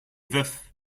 veuf